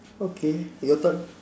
okay your turn